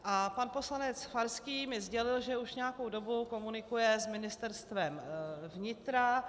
A pan poslanec Farský mi sdělil, že už nějakou dobu komunikuje s Ministerstvem vnitra.